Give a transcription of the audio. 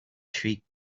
shriek